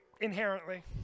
inherently